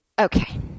Okay